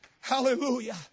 Hallelujah